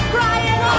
Crying